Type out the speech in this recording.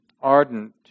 ardent